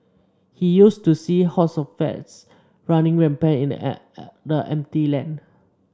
he used to see hordes of rats running rampant in the empty land